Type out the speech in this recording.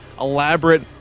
elaborate